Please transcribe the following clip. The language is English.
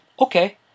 Okay